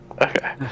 Okay